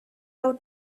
out